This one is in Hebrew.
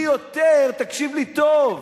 תקשיב לי טוב,